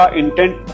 intent